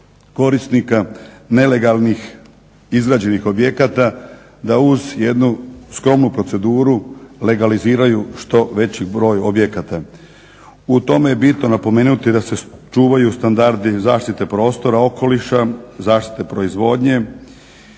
korisnika nelegalnih izgrađenih objekata da uz jednu skromnu proceduru legaliziraju što veći broj objekata. U tome je bitno napomenuti da se čuvaju standardi zaštite prostora okoliša, zaštite proizvodnje.